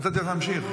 נתתי לך להמשיך.